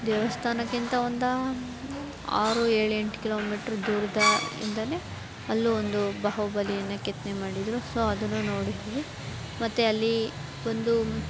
ದೇವಸ್ಥಾನಕ್ಕಿಂತ ಒಂದು ಆರು ಏಳೆಂಟು ಕಿಲೋಮಿಟ್ರ್ ದೂರದ ಇಂದಲೇ ಅಲ್ಲೂ ಒಂದು ಬಾಹುಬಲಿಯನ್ನು ಕೆತ್ತನೆ ಮಾಡಿದರು ಸೊ ಅದನ್ನು ನೋಡಿದ್ವಿ ಮತ್ತು ಅಲ್ಲಿ ಒಂದು